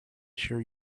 assure